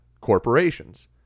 corporations